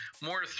more